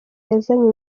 yazanye